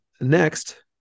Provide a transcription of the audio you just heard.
Next